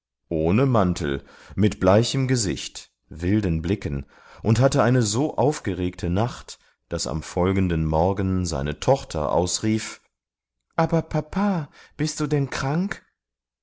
ohne mantel mit bleichem gesicht wilden blicken und hatte eine so aufgeregte nacht daß am folgenden morgen seine tochter ausrief aber papa bist du denn krank